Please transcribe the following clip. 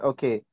Okay